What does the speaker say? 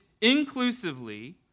inclusively